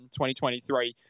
2023